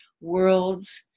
worlds